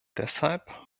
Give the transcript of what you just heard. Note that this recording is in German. deshalb